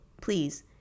please